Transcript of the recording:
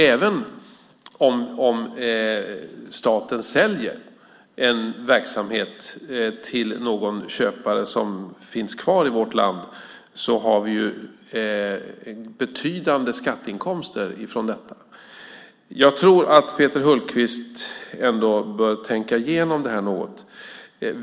Även om staten säljer en verksamhet till en köpare som finns kvar i vårt land har vi ju betydande skatteinkomster från detta. Jag tror att Peter Hultqvist ändå bör tänka igenom detta något.